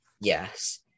yes